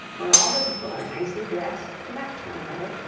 where all the people are nicely dressed to match one another,